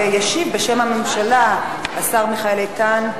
וישיב בשם הממשלה השר מיכאל איתן,